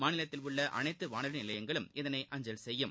மாநிலத்தில் உள்ள அனைத்து வானொலி நிலையங்களும் இதனை அஞ்சல் செய்யும்